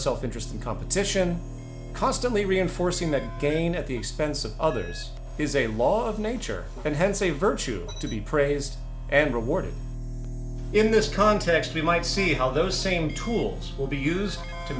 self interest and competition constantly reinforcing that gain at the expense of others is a law of nature and hence a virtue to be praised and rewarded in this context we might see how those same tools will be used to